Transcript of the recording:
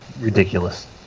ridiculous